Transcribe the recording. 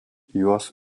juos